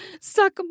Suck